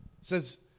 says